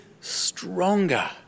stronger